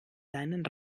seinen